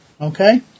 Okay